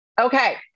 Okay